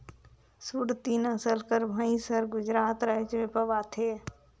सुरती नसल कर भंइस हर गुजरात राएज में पवाथे